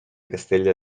castella